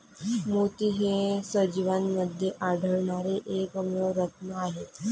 मोती हे सजीवांमध्ये आढळणारे एकमेव रत्न आहेत